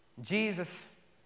Jesus